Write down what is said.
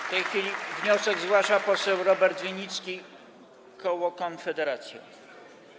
W tej chwili wniosek zgłasza poseł Robert Winnicki, koło Konfederacja.